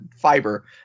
fiber